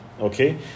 okay